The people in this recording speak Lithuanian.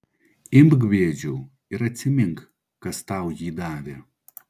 imk bėdžiau ir atsimink kas tau jį davė